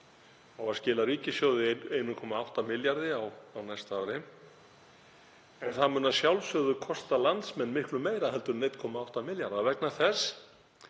á að skila ríkissjóði 1,8 milljörðum á næsta ári, en það mun að sjálfsögðu kosta landsmenn miklu meira en 1,8 milljarða vegna þess